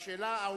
והשאלה: